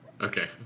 Okay